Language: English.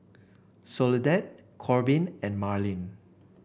Soledad Korbin and Marlin